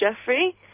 Jeffrey